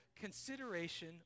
consideration